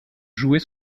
jouer